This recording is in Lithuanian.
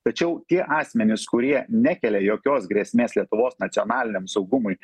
tačiau tie asmenys kurie nekelia jokios grėsmės lietuvos nacionaliniam saugumui